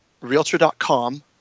Realtor.com